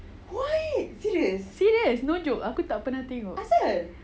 serious no joke aku tak pernah tengok